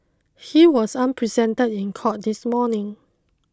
he was unrepresented in court this morning